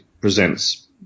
presents